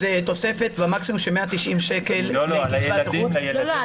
זו תוספת מקסימלית של 190 שקלים --- זה לא מדויק.